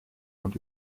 und